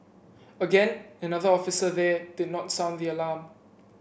again another officer there did not sound the alarm